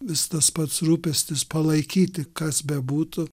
vis tas pats rūpestis palaikyti kas bebūtų